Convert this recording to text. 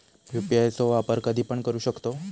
UPI चो वापर कधीपण करू शकतव?